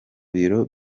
biro